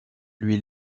lui